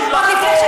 צריך לחקור.